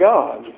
God